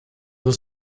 was